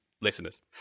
listeners